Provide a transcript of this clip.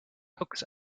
coax